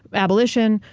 abolition,